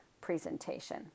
presentation